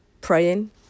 praying